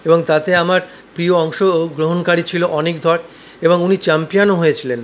এবং তাতে আমার প্রিয় অংশগ্রহণকারী ছিল অনীক ধর এবং উনি চ্যাম্পিয়ানও হয়েছিলেন